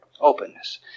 Openness